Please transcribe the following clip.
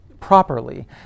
properly